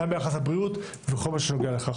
גם ביחס לבריאות וכל מה שנוגע לכך.